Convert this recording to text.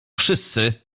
wszyscy